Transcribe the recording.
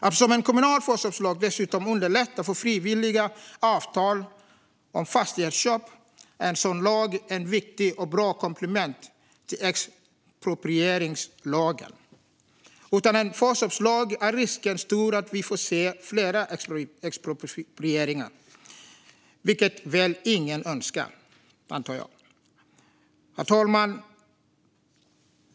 Eftersom en kommunal förköpsrätt dessutom underlättar för frivilliga avtal om fastighetsköp är en sådan lag ett viktigt och bra komplement till expropriationslagen. Utan en förköpslag är risken stor att vi får se fler exproprieringar, vilket jag antar att ingen önskar. Herr talman!